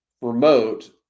Remote